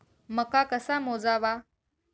मका कसा मोजावा?